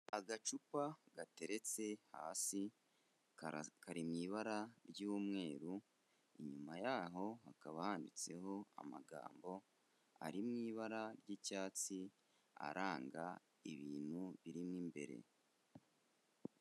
Agacupa gateretse hasi kari mu ibara ry'umweru, inyuma yaho hakaba handitseho amagambo ari mu ibara ry'icyatsi aranga ibintu birimo imbere.